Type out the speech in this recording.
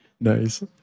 nice